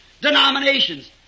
denominations